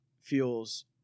fuels